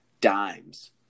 dimes